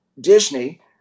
Disney